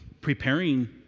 preparing